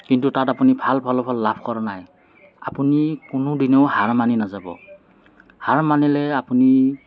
কিন্তু তাত আপুনি ভাল ফলাফল লাভ কৰা নাই আপুনি কোনো দিনেও হাৰ মানি নাযাব হাৰ মানিলে আপুনি